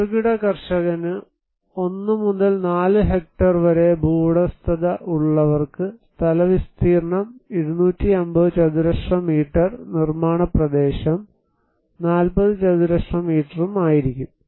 ചെറുകിട കർഷകന് 1 മുതൽ 4 ഹെക്ടർ വരെ ഭൂവുടമസ്ഥത ഉള്ളവർക്ക് സ്ഥല വിസ്തീർണ്ണം 250 ചതുരശ്ര മീറ്റർ നിർമാണ പ്രദേശം 40 ചതുരശ്ര മീറ്ററും ആയിരിക്കും